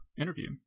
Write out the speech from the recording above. interview